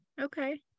okay